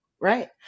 Right